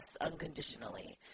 unconditionally